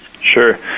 Sure